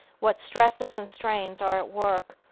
what stresses and strains are at work,